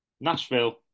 Nashville